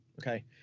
okay